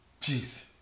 Jeez